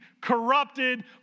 corrupted